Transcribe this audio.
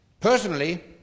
Personally